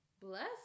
Bless